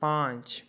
पाँच